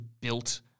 built